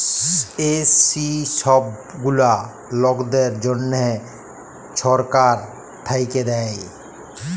SC ছব গুলা লকদের জ্যনহে ছরকার থ্যাইকে দেয়